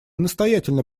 настоятельно